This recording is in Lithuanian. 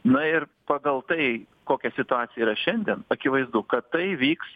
na ir pagal tai kokia situacija yra šiandien akivaizdu kad tai vyks